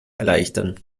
erleichtern